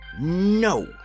No